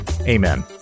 amen